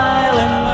island